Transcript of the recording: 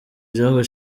gihugu